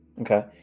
Okay